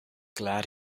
glad